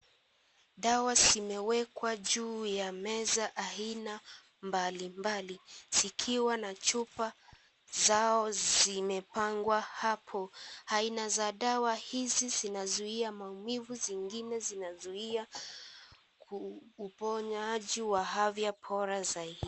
Dawa zimewekwa juu ya meza aina mbali mbali, zikiwa na chupa zao zimepangwa hapo. Aina za dawa hizi zinazuia maumivu zingine zinazuia uponyaji wa afya bora zaidi.